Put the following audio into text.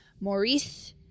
Maurice